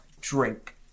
drink